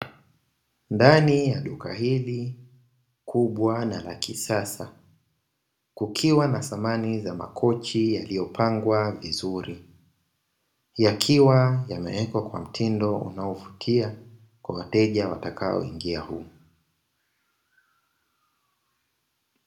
Ndani ya duka hili kubwa na la kisasa kukiwa na samani za makochi yaliyopangwa vizuri, yakiwa yamewekwa mtindo unaovutia kwa wateja watakaoingia humo.